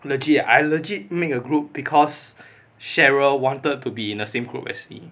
legit I legit make a group because cheryl wanted to be in a same group as me